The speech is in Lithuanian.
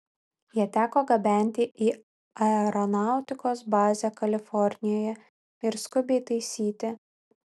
ją teko gabenti į aeronautikos bazę kalifornijoje ir skubiai taisyti